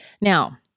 Now